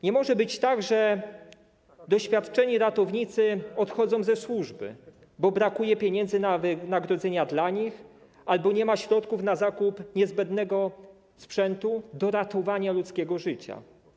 Nie może być tak, że doświadczeni ratownicy odchodzą ze służby, bo brakuje pieniędzy na ich wynagrodzenia albo nie ma środków na zakup niezbędnego sprzętu do ratowania ludzkiego życia.